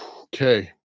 Okay